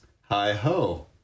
Hi-Ho